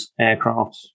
aircrafts